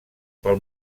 pel